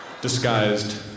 Disguised